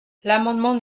l’amendement